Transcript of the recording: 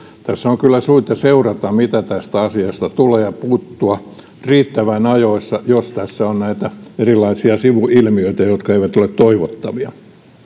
tässä on kyllä syytä seurata mitä tästä asiasta tulee ja puuttua riittävän ajoissa jos tässä on näitä erilaisia sivuilmiöitä jotka eivät ole toivottavia